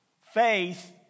faith